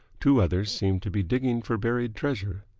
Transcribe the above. two others seem to be digging for buried treasure,